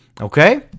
Okay